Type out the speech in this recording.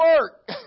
work